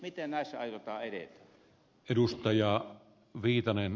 miten näissä aiotaan edetä